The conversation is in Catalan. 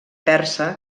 persa